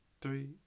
three